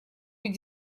быть